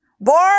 Born